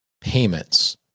payments